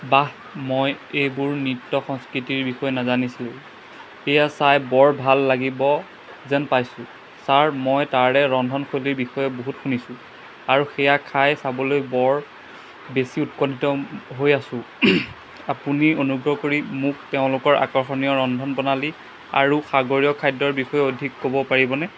বাহ মই এইবোৰ নৃত্য সংস্কৃতিৰ বিষয়ে নাজানিছিলোঁ এইয়া চাই বৰ ভাল লাগিব যেন পাইছো ছাৰ মই তাৰে ৰন্ধনশৈলীৰ বিষয়ে বহুত শুনিছোঁ আৰু সেইয়া খাই চাবলৈ মই বৰ বেছি উৎকণ্ঠিত হৈ আছোঁ আপুনি অনুগ্ৰহ কৰি মোক তেওঁলোকৰ আকৰ্ষণীয় ৰন্ধনপ্ৰণালী আৰু সাগৰীয় খাদ্যৰ বিষয়ে অধিক ক'ব পাৰিবনে